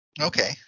Okay